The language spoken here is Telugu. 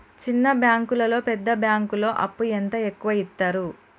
చిన్న బ్యాంకులలో పెద్ద బ్యాంకులో అప్పు ఎంత ఎక్కువ యిత్తరు?